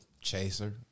Chaser